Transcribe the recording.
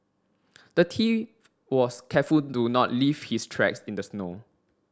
the thief was careful to not leave his tracks in the snow